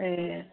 ए